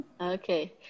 Okay